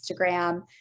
Instagram